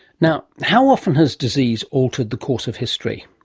now how often has disease altered the course of history?